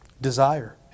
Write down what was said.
Desire